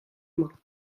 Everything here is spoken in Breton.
mañ